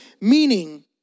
Meaning